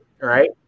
right